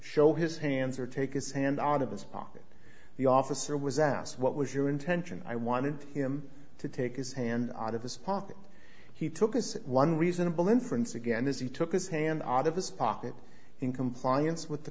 show his hands or take his hand out of his pocket the officer was asked what was your intention i wanted him to take his hand out of his pocket he took as one reasonable inference again this he took his hand out of his pocket in compliance with the